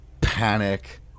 panic